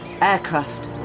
aircraft